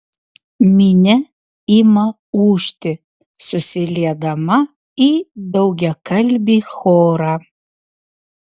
minia ima ūžti susiliedama į daugiakalbį chorą